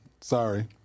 Sorry